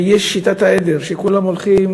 ויש שיטת העדר, שכולם הולכים